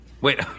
Wait